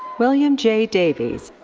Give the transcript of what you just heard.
william j. davies.